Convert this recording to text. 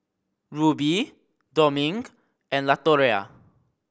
Rubie Dominque and Latoria